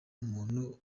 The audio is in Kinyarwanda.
umuntu